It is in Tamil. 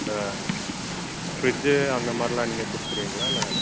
இந்த ஃப்ரிட்ஜு அந்த மாதிரிலாம் நீங்கள் கொடுத்துருவீங்களா இல்லை